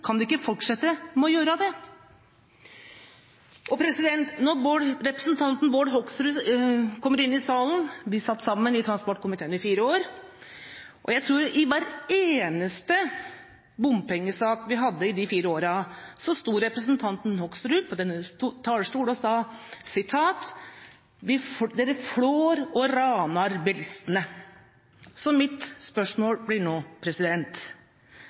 kan de ikke fortsette med å gjøre det? Representanten Bård Hoksrud og jeg satt sammen i transportkomiteen i fire år, og jeg tror at han i hver eneste bompengesak vi hadde i de fire åra, sto på denne talerstolen og sa: Dere flår og raner bilistene. Så mitt spørsmål blir nå: